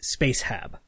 Spacehab